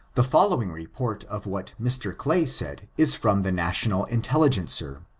the following report of what mr. clay said is from the national intelligencer.